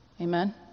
Amen